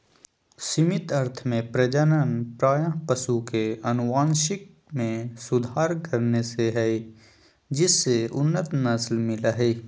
सीमित अर्थ में प्रजनन प्रायः पशु के अनुवांशिक मे सुधार करने से हई जिससे उन्नत नस्ल मिल हई